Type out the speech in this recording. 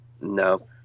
No